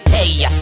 Hey